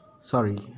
sorry